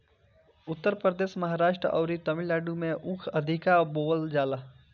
उत्तर प्रदेश, महाराष्ट्र अउरी तमिलनाडु में ऊख अधिका बोअल जाला